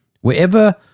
wherever